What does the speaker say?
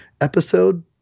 episode